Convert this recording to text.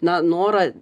na norą